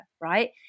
right